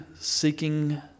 seeking